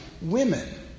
women